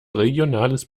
regionales